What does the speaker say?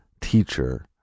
teacher